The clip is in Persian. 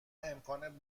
امکان